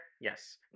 Yes